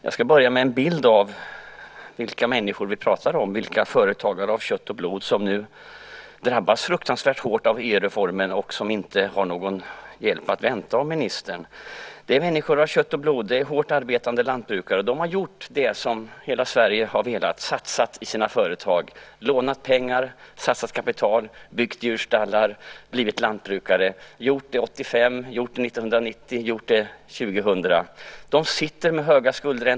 Jag ska börja med att ge en bild av de människor vi pratar om, de företagare av kött och blod som nu drabbas hårt av EU-reformen och inte har någon hjälp att vänta av ministern. Det är människor av kött och blod. Det är hårt arbetande lantbrukare. De har gjort det som hela Sverige velat. De har satsat i sina företag, lånat pengar, satsat kapital, byggt djurstallar, blivit lantbrukare. De har gjort det 1985, 1990 och 2000. De sitter med höga skuldräntor.